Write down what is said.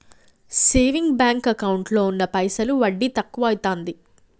saving bank ఎకౌంటులో ఉన్న పైసలు వడ్డి తక్కువైతాంది